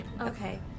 Okay